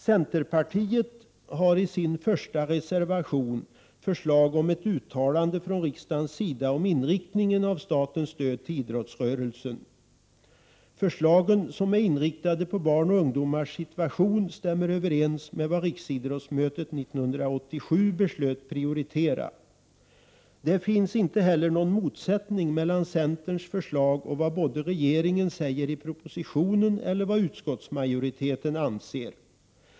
Centerpartiet har i sin första reservation förslag om ett uttalande från riksdagens sida om inriktningen av statens stöd till idrottsrörelsen. Förslagen som är inriktade på barns och ungdomars situation stämmer överens med vad riksidrottsmötet 1987 beslöt prioritera. Det finns ej heller någon motsättning mellan centerns förslag och vad både regeringen och utskottsmajoriteten anser.